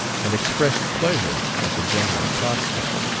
and expressed pleasure at the general prospect.